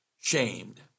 shamed